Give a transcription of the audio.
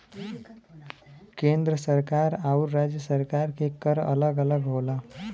केंद्र सरकार आउर राज्य सरकार के कर अलग अलग होला